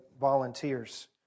volunteers